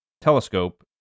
telescope